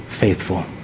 faithful